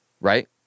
right